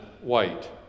white